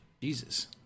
Jesus